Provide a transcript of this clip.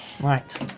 Right